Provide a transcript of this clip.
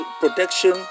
protection